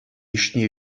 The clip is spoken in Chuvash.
йышне